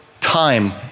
time